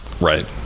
right